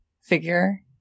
figure